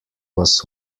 was